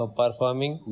performing